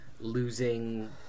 losing